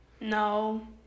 No